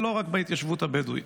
ולא רק בהתיישבות הבדואית.